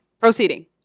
Proceeding